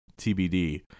TBD